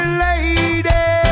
lady